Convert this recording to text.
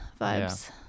vibes